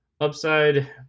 Upside